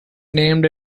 named